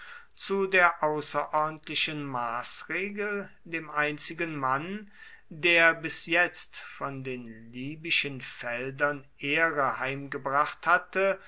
zu der außerordentlichen maßregel dem einzigen mann der bis jetzt von den libyschen feldern ehre heimgebracht hatte